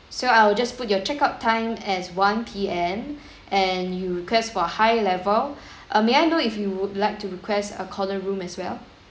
so I will just put your check out time as one P_M and you request for high level uh may I know if you would like to request a corner room as well